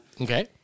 Okay